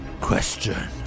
question